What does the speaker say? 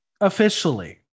officially